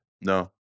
No